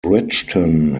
bridgeton